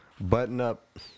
button-up